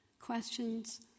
Questions